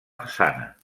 façana